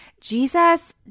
Jesus